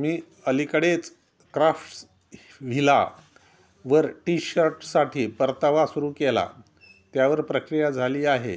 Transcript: मी अलीकडेच crafts villa वर T शर्टसाठी परतावा सुरू केला त्यावर प्रक्रिया झाली आहे